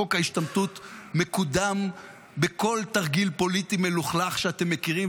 חוק ההשתמטות מקודם בכל תרגיל פוליטי מלוכלך שאתם מכירים,